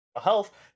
health